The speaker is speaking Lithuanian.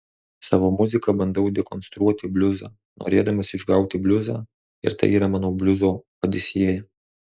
savo muzika bandau dekonstruoti bliuzą norėdamas išgauti bliuzą ir tai yra mano bliuzo odisėja